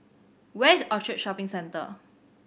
where is Orchard Shopping Centre